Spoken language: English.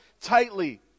tightly